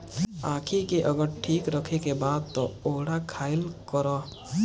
आंखी के अगर ठीक राखे के बा तअ कोहड़ा खाइल करअ